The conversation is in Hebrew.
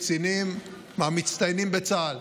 קצינים מהמצטיינים בצה"ל,